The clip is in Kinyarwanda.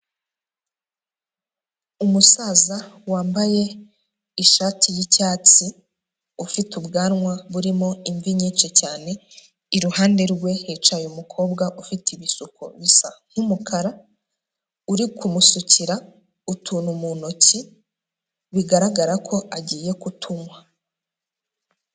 Umusaza wambaye ishati y'icyatsi, ufite ubwanwa burimo imvi nyinshi cyane, iruhande rwe hicaye umukobwa ufite ibisuko bisa nk'umukara uri kumusukira utuntu mu ntoki, bigaragara ko agiye kutunywa.